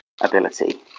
ability